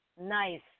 Nice